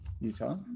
Utah